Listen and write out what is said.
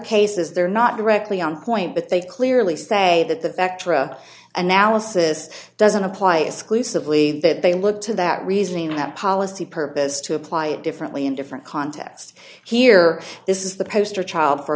cases they're not directly on point but they clearly say that the bacteria and now assist doesn't apply exclusively that they look to that reasoning that policy purpose is to apply it differently in different contexts here this is the poster child for